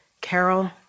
Carol